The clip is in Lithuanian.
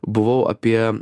buvau apie